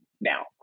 now